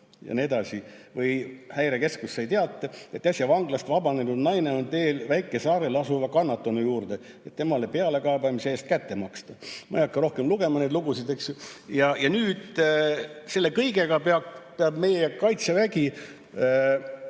Ja nii edasi. Või: Häirekeskus sai teate, et äsja vanglast vabanenud naine on teel väikesaarel asuva kannatanu juurde, et temale pealekaebamise eest kätte maksta. Ma ei hakka rohkem lugema neid lugusid. Nüüd selle kõigega peab meie Kaitsevägi